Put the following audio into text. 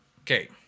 Okay